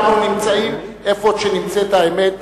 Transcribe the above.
אנחנו נמצאים איפה שנמצאת האמת,